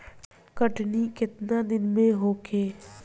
कटनी केतना दिन में होखे?